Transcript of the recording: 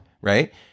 right